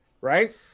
right